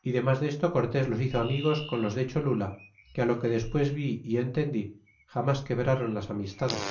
y demas desto cortes los hizo amigos con los de cholula que á lo que despues vi é entendí jamas quebraron las amistades